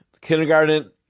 kindergarten